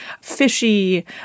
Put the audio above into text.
fishy